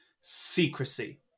secrecy